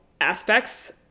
aspects